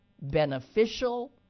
beneficial